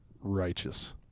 righteous